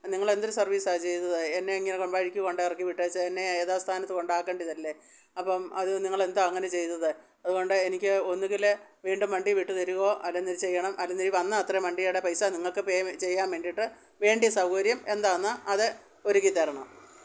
നിങ്ങളെന്തൊരു സർവീസാണ് ചെയ്തത് എന്നെ ഇങ്ങനെ വഴിക്ക് കൊണ്ട് ഇറക്കി വിട്ടേച്ച് എന്നെ യഥാ സ്ഥാനത്ത് കൊണ്ടാക്കേണ്ടിയതല്ലേ അപ്പം നിങ്ങളെന്താ അങ്ങനെ ചെയ്തത് അതുകൊണ്ട് എനിക്ക് ഒന്നെങ്കിൽ വീണ്ടും വണ്ടി വിട്ടു തരുവോ അതൊന്ന് ചെയ്യണം അല്ലെങ്കിൽ ഈ വന്ന അത്രയും വണ്ടിയുടെ പൈസ നിങ്ങൾക്ക് പേയ്മെന്റ് ചെയ്യാൻ വേണ്ടിയിട്ട് വേണ്ടിയ സൗകര്യം എന്താന്ന് അത് ഒരുക്കി തരണം